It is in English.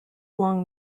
along